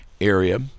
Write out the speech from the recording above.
area